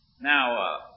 Now